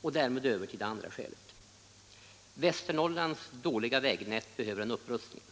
Och därmed över till det andra skälet: Västernorrlands dåliga vägnät behöver en upprustning.